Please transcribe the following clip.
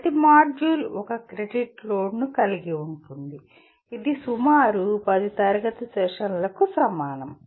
ప్రతి మాడ్యూల్ ఒక క్రెడిట్ లోడ్ను కలిగి ఉంటుంది ఇది సుమారు 10 తరగతి సెషన్లకు సమానం